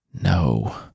No